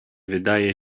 wydaje